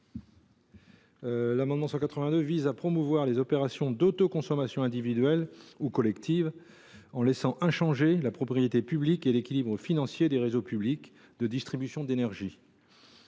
Vincent Delahaye, vise à promouvoir les opérations d’autoconsommation individuelle ou collective, en laissant inchangés la propriété publique et l’équilibre financier des réseaux publics de distribution d’énergie.